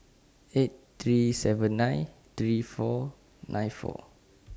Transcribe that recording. eight three seven nine three four nine four